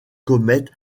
comète